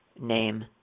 name